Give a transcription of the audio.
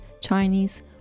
Chinese